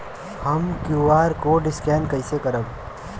हम QR code scan कइसे करब?